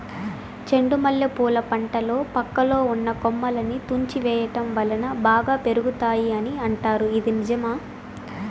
చెండు మల్లె పూల పంటలో పక్కలో ఉన్న కొమ్మలని తుంచి వేయటం వలన బాగా పెరుగుతాయి అని అంటారు ఇది నిజమా?